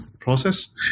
process